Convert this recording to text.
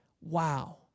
wow